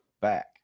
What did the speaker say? back